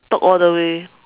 talk all the way